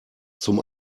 zum